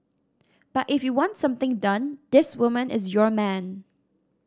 but if you want something done this woman is your man